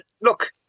look